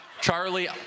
Charlie